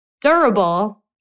durable